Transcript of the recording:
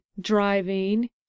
driving